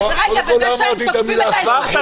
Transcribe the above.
אז רגע, וזה שהם תוקפים את האזרחים זה לא סרחו?